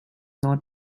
not